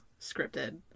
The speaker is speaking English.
scripted